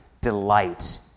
delight